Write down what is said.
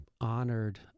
honored